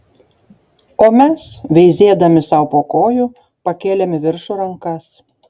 o mes veizėdami sau po kojų pakėlėm į viršų rankas